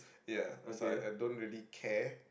ya that's why I don't really care